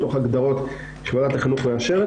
בתוך ההגדרות שוועדת החינוך מאשרת,